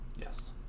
Yes